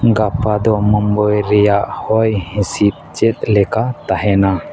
ᱜᱟᱯᱟ ᱫᱚ ᱢᱩᱢᱵᱟᱹᱭ ᱨᱮᱭᱟᱜ ᱦᱚᱭ ᱦᱤᱥᱤᱫ ᱪᱮᱫ ᱞᱮᱠᱟ ᱛᱟᱦᱮᱱᱟ